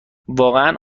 واقعا